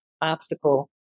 obstacle